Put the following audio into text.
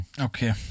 Okay